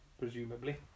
presumably